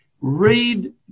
read